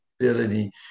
ability